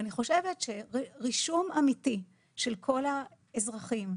אני חושבת שרישום אמיתי של כל האזרחים,